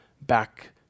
back